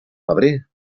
febrer